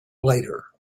later